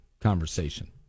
conversation